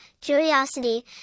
curiosity